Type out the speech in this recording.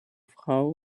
frau